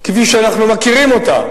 כפי שאנחנו מכירים אותה,